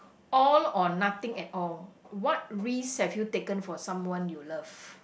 all or nothing at all what risk have you taken for someone you love